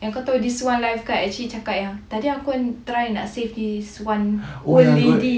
yang kau tahu yang this one lifeguard actually cakap yang tadi aku try save this one old lady